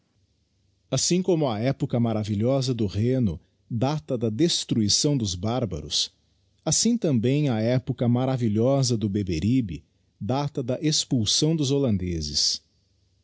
assim como a época maravilhosa do rheno data da destruição dos bárbaros assim também a época maravilhosa do beberibe data da expulsão dos hollandezes